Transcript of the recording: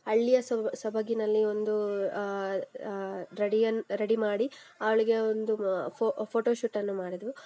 ಹಳ್ಳಿಯ ಸೊಬ ಸೊಬಗಿನಲ್ಲಿ ಒಂದು ರೆಡಿಯನ್ನು ರೆಡಿ ಮಾಡಿ ಅವಳಿಗೆ ಒಂದು ಫೋಟೋಶೂಟನ್ನು ಮಾಡಿದ್ದೆವು